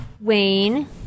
Wayne